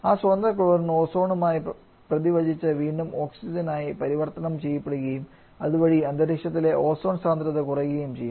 ആ സ്വതന്ത്ര ക്ലോറിൻ ഓസോണുമായി പ്രതിപ്രവർത്തിച്ച് വീണ്ടും ഓക്സിജനായി പരിവർത്തനം ചെയ്യപ്പെടുകയും അതുവഴി അന്തരീക്ഷത്തിലെ ഓസോൺ സാന്ദ്രത കുറയുകയും ചെയ്യും